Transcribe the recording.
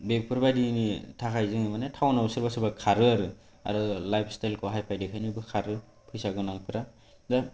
बेफोरबायदिनि थाखाय जोङो माने टाउनाव सोरबा सोरबा खारो आरो आरो लाइफ स्टाइलखौ हाइ फाइ देखायनोबो खारो फैसा गोनांफ्रा दा